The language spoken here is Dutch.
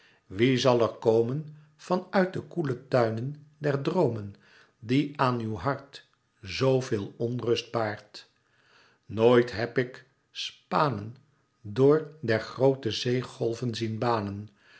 wiè zal er komen van uit de koele tuinen der droomen die aan uw hart zoo veel onrust baart nooit heb ik spanen door der groote zee golven zien banen